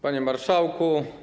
Panie Marszałku!